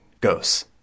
ghosts